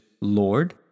Lord